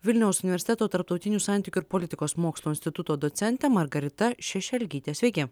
vilniaus universiteto tarptautinių santykių ir politikos mokslų instituto docentė margarita šešelgytė sveiki